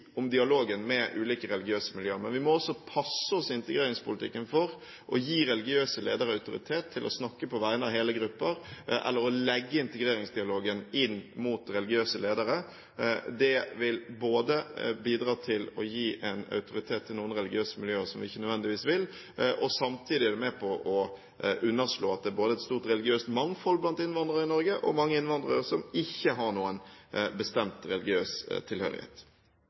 om dialogen med ulike religiøse miljøer, men vi må passe oss for i integreringspolitikken å gi religiøse ledere autoritet til å snakke på vegne av hele grupper eller å legge integreringsdialogen inn mot religiøse ledere. Det vil bidra til å gi en autoritet til noen religiøse miljøer, som vi ikke nødvendigvis vil. Samtidig er det med på å underslå at det både er et stort religiøst mangfold blant innvandrere i Norge og at det er mange innvandrere som ikke har noen bestemt religiøs tilhørighet.